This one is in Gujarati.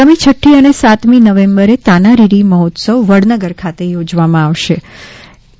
આગામી છઠ્ઠી અને સાતમી નવેમ્બરે તાના રીરી મહોત્સવ વડનગર ખાતે યોજવામાં આવ્યો છે